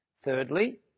Thirdly